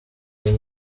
uyu